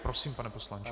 Prosím, pane poslanče.